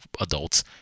adults